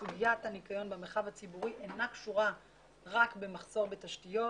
סוגיית הניקיון במרחב הציבורי אינה קשורה רק במחסור בתשתיות